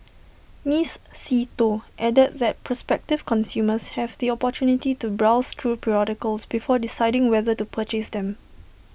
miss see Tho added that prospective consumers have the opportunity to browse through periodicals before deciding whether to purchase them